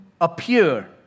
appear